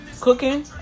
cooking